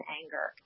anger